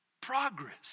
progress